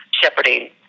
shepherding